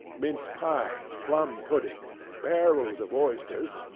mince-pies, plum-puddings, barrels of oysters,